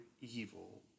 evil